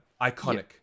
iconic